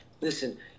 listen